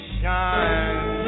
shine